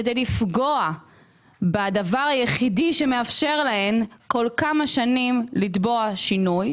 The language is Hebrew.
כדי לפגוע בדבר היחידי שמאפשר להן כל כמה שנים לתבוע שינוי,